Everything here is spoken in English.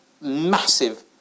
massive